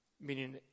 Meaning